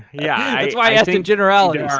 yeah that's why i asked in generality.